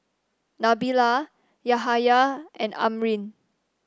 Nabila Yahaya and Amrin